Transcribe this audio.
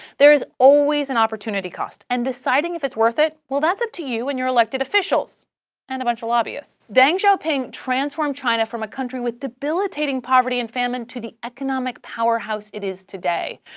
there is always an opportunity cost, and deciding if it's worth it well, that's up to you and your elected officials and a bunch of lobbyists. deng xiaoping transformed china from a country with debilitating poverty and famine to the economic powerhouse it is today.